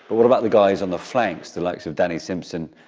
but what about the guys on the flanks, the likes of danny simpson,